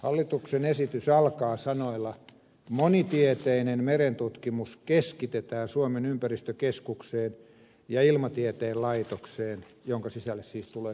hallituksen esitys alkaa sanoilla että monitieteinen merentutkimus keskitetään suomen ympäristökeskukseen ja ilmatieteen laitokseen jonka sisälle siis tulee tämä merikeskus